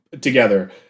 together